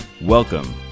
Welcome